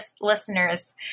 listeners